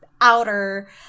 outer